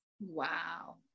wow